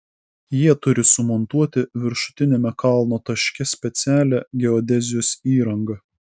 jie turi sumontuoti viršutiniame kalno taške specialią geodezijos įrangą